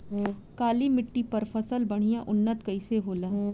काली मिट्टी पर फसल बढ़िया उन्नत कैसे होला?